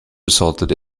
resulted